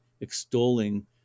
extolling